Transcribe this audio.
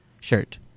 shirt